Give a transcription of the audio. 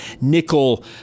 nickel